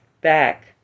back